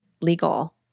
legal